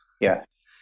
Yes